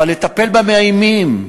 אבל לטפל במאיימים,